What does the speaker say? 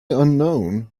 unknown